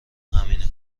همینه